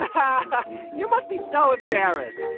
and you must be so embarrassed